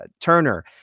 Turner